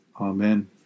Amen